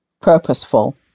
purposeful